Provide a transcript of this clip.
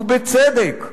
ובצדק,